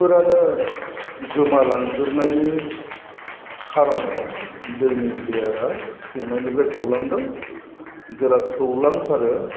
फोरानो गोमालांजोबनायनि खार'नाव दैनि लेयारा थौनायनिफ्राय थौलांदों जेला थौलांथारो